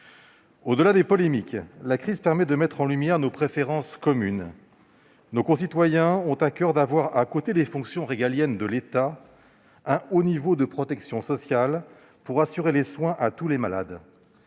Au-delà des polémiques, la crise permet de mettre en lumière nos préférences communes. Nos concitoyens ont à coeur d'avoir, à côté des fonctions régaliennes de l'État, un haut niveau de protection sociale pour assurer les soins à tous les malades.